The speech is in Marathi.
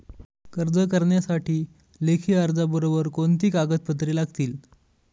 कर्ज करण्यासाठी लेखी अर्जाबरोबर कोणती कागदपत्रे लागतील?